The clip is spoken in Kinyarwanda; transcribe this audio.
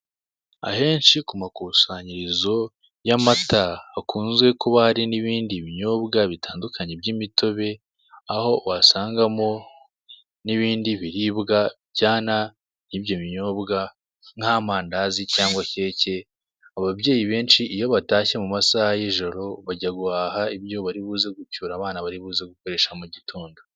Ahenshi ku makusanyirizo y'amata hakunze kuba hari n'ibindi binyobwa bitandukanye by'imitobe, aho wasanga mo n'ibindi biribwa bijyana nibyo binyobwa Nkamandazi cyangwa Keke, Ababyeyi benshi iyo batashye mu masaha y'ijoro bajya guhaha ibyo baribuze gucyura abana bari buze gukoresha mu gitondo.